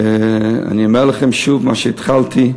ואני אומר לכם שוב מה שהתחלתי: